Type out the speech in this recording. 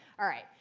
all right,